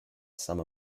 some